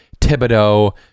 Thibodeau